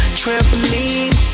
trampoline